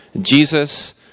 Jesus